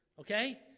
Okay